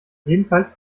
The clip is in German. jedenfalls